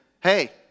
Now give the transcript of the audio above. Hey